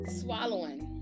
swallowing